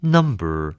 Number